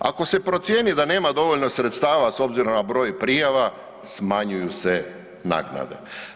Ako se procijeni da nema dovoljno sredstava s obzirom na broj prijava, smanjuju se naknade.